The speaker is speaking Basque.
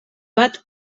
bat